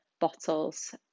Bottles